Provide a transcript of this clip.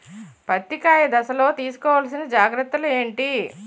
పత్తి కాయ దశ లొ తీసుకోవల్సిన జాగ్రత్తలు ఏంటి?